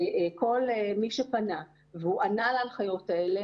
כל מי שפנה והוא ענה להנחיות האלה,